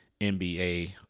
NBA